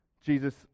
Jesus